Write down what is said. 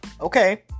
okay